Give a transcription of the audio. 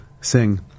sing